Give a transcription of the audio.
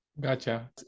Gotcha